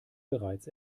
bereits